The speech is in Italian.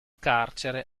carcere